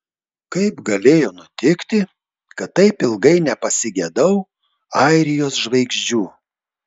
kaip galėjo nutikti kad taip ilgai nepasigedau airijos žvaigždžių